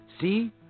See